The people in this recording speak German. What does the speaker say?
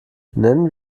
nennen